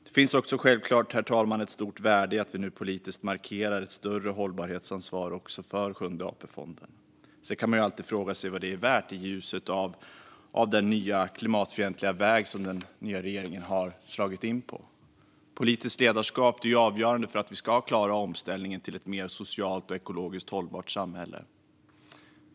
Det finns givetvis också ett stort värde i att vi nu politiskt markerar ett större hållbarhetsansvar även för Sjunde AP-fonden. Man kan dock fråga sig vad det är värt i ljuset av den nya klimatfientliga väg som regeringen har slagit in på. Politiskt ledarskap är avgörande för att vi ska klara omställningen till ett mer socialt och ekologiskt hållbart samhälle.